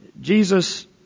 Jesus